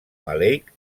maleic